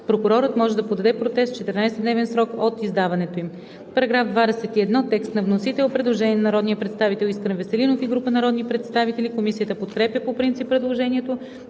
прокурорът може да подаде протест в 14-дневен срок от издаването им.“ По § 21 има предложение на народния представител Искрен Веселинов и група народни представители. Комисията подкрепя по принцип предложението.